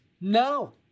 No